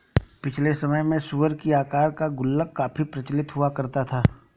पिछले समय में सूअर की आकार का गुल्लक काफी प्रचलित हुआ करता था